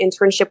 internship